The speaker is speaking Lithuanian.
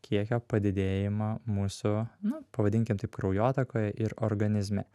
kiekio padidėjimą mūsų na pavadinkim taip kraujotakoje ir organizme